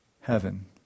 heaven